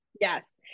Yes